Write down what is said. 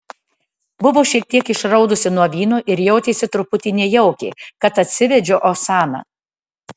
buvo šiek tiek išraudusi nuo vyno ir jautėsi truputį nejaukiai kad atsivedžiau osaną